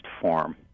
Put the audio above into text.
form